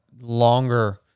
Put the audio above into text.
longer